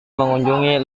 mengunjungi